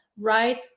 right